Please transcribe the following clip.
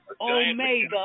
Omega